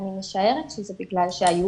אני משערת שבגלל שהיו